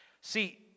See